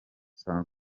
saa